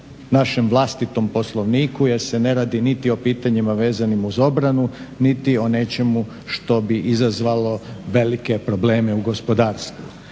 našem vlastitom Poslovniku jer se ne radi niti o pitanjima vezanima uz obranu niti o nečemu što bi izazvalo velike probleme u gospodarstvu.